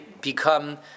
become